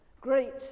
Great